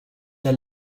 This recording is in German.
der